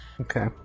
Okay